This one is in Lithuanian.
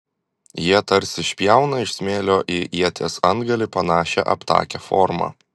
jie tarsi išpjauna iš smėlio į ieties antgalį panašią aptakią formą